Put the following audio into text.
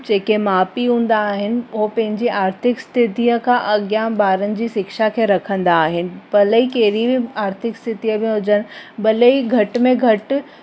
जेके माउ पीउ हूंदा आहिनि उहे पंहिंजी आर्थिक स्थितीअ खां अॻियां ॿारनि जी शिक्षा खे रखंदा आहिनि भले ई कहिड़ी बि आर्थिक स्थितीअ में हुजनि भले ई घटि में घटि